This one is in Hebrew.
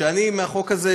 שהחוק הזה,